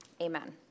Amen